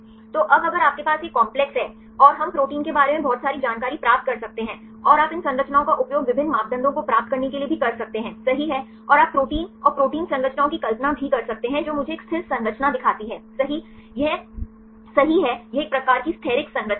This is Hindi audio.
तो अब अगर आपके पास ये कॉम्प्लेक्स हैं और हम प्रोटीन के बारे में बहुत सारी जानकारी प्राप्त कर सकते हैं और आप इन संरचनाओं का उपयोग विभिन्न मापदंडों को प्राप्त करने के लिए भी कर सकते हैं सही है और आप प्रोटीन और प्रोटीन संरचनाओं की कल्पना भी कर सकते हैं जो मुझे एक स्थिर संरचना दिखाती हैं सही यह सही है यह एक प्रकार की स्थैतिक संरचना है